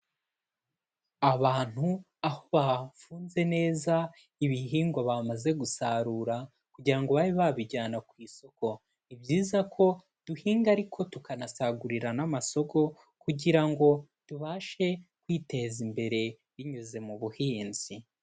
Abantu aho bafunze neza ibihingwa bamaze gusarura kugira ngo babe babijyana ku isoko. Ni byiza ko duhinga ariko tukanasagurira n'amasoko kugira ngo tubashe kwiteza imbere binyuze mu buhinzi.